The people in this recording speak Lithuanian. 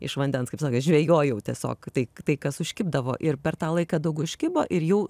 iš vandens kaip sakė žvejojau tiesiog taip tai kas užkibdavo ir per tą laiką daug užkibo ir jau